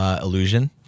Illusion